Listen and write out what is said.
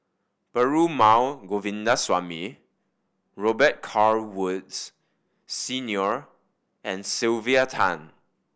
Perumal Govindaswamy Robet Carr Woods Senior and Sylvia Tan